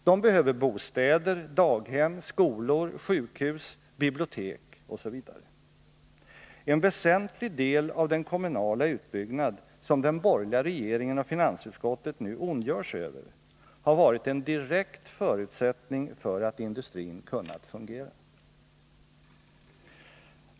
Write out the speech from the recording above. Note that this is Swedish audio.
De behöver bostäder, daghem, skolor, sjukhus, bibliotek osv. En väsentlig del av den kommunala utbyggnad, som den borgerliga regeringen och finansutskottet nu ondgör sig över, har varit en direkt förutsättning för att industrin kunnat fungera.